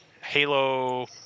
Halo